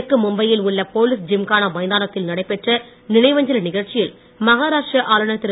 தெற்கு மும்பை யில் உள்ள போலீஸ் ஜிம்கானா மைதானத்தில் நடைபெற்ற நினைவஞ்சலி நிகழ்ச்சியில் மஹாராஷ்டிர ஆளுனர் திரு